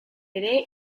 ere